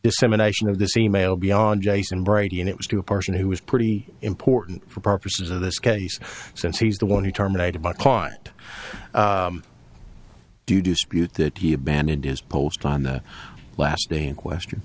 dissemination of this e mail beyond jason brady and it was to a person who was pretty important for purposes of this case since he's the one who terminated my client due to spew that he abandoned his post on the last day in question